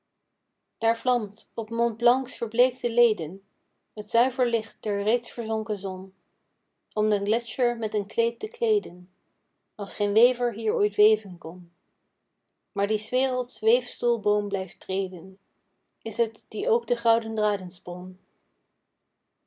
daar vlamt op mont blanc's verbleekte leden t zuiver licht der reeds verzonken zon om den gletscher met een kleed te kleeden als geen wever hier ooit weven kon maar die s werelds weefstoel boom blijft treden is t die ook de gouden draden spon